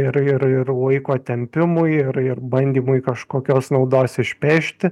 ir ir ir laiko tempimui ir ir bandymui kažkokios naudos išpešti